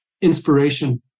inspiration